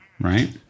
right